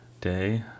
day